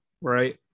right